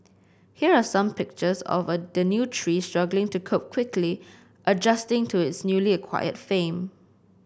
here are some pictures of a the new tree struggling to cope quickly adjusting to its newly acquired fame